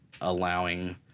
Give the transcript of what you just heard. allowing